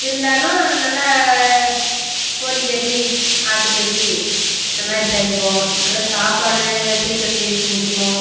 இருந்தாலும் நல்ல கோழிக்கறி ஆட்டுக்கறி இந்த மாதிரி சமைப்போம் நல்லா சாப்பாடு சீக்கிரம் செஞ்சு முடிப்போம்